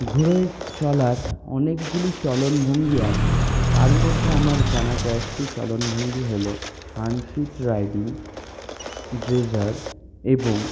ঘোড়ায় চড়ার অনেকগুলি চলনভঙ্গি আছে তার মধ্যে আমার জানা কয়েকটি চলনভঙ্গি হল হানসিট রাইডিং ড্রেসাজ এবং